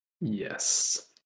Yes